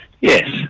yes